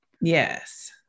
Yes